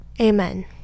amen